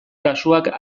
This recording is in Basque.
kasuak